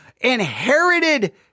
Inherited